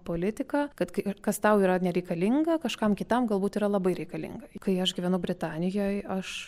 politika kad kai kas tau yra nereikalinga kažkam kitam galbūt yra labai reikalinga kai aš gyvenau britanijoj aš